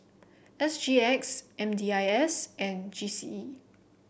S G X M D I S and G C E